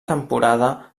temporada